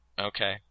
Okay